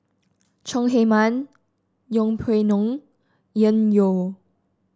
Chong Heman Yeng Pway Ngon Yan